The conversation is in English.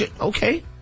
okay